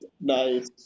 Nice